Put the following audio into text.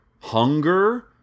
hunger